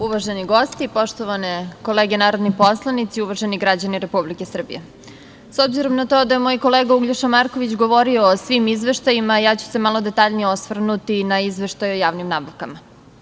Uvaženi gosti, poštovane kolege narodni poslanici, uvaženi građani Republike Srbije, s obzirom na to da je moj kolega Uglješa Marković govorio o svim izveštajima, ja ću se malo detaljnije osvrnuti na izveštaj o javnim nabavkama.